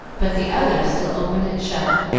but the other still opened and shut,